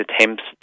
attempts